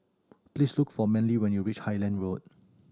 please look for Manly when you reach Highland Road